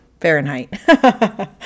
Fahrenheit